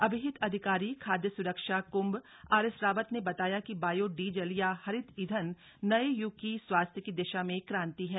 अभिहित अधिकारी खादय सुरक्षा कृंभ आरएस रावत ने बताया कि बायो डीजल या हरित ईंधन नये य्ग की स्वास्थ्य की दिशा में क्रांति है